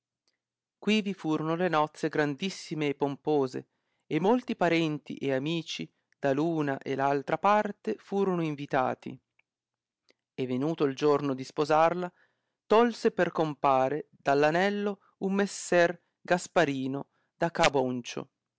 quivi furono le nozze grandissime e pompose e molti parenti e amici da l una e l altra parte furono invitati e venuto il giorno di sposarla tolse per compare dall anello un messer gasparino da ca boncio